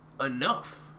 enough